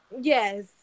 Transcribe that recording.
Yes